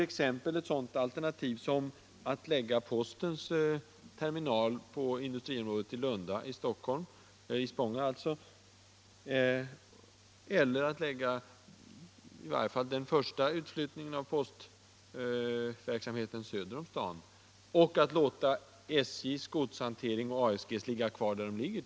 Ett sådant alternativ kunde vara att lägga postens terminal på industriområdet i Lunda i Spånga eller att lägga i varje fall den första utflyttningen av postverksamheten söder om stan och att låta SJ:s och ASG:s godshantering t. v. ligga kvar där den ligger.